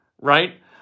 right